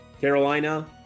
Carolina